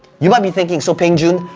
you've gotta be thinking, so peng joon,